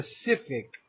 specific